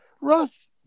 Russ